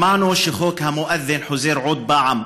שמענו שחוק המואד'ן חוזר עוד פעם,